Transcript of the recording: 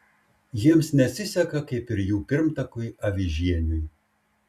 jiems nesiseka kaip ir jų pirmtakui avižieniui